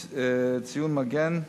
ציון מגן: